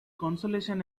consolation